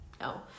No